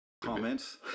comments